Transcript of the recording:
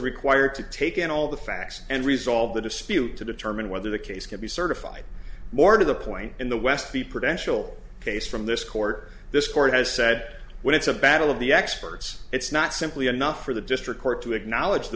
required to take in all the facts and resolve the dispute to determine whether the case can be certified more to the point in the west the pradesh will case from this court this court has said when it's a battle of the experts it's not simply enough for the district court to acknowledge the